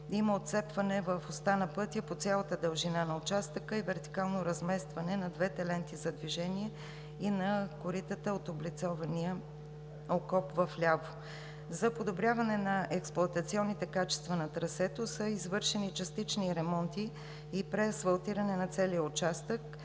има отцепване в оста на пътя по цялата дължина на участъка и вертикално разместване на двете ленти за движение, и на коритата от облицования окоп вляво. За подобряване на експлоатационните качества на трасето са извършени частични ремонти и преасфалтиране на целия участък,